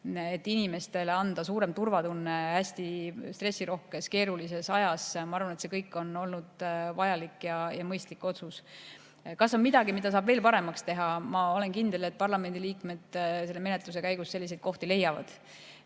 inimestele suurem turvatunne praegusel hästi stressirohkel, keerulisel ajal – ma arvan, et need kõik on olnud vajalikud ja mõistlikud otsused. Kas on midagi, mida saab veel paremaks teha? Ma olen kindel, et parlamendi liikmed selle menetluse käigus selliseid kohti leiavad.